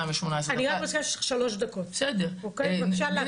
אני רק מזכירה שיש לך שלוש דקות, בבקשה להקפיד.